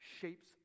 shapes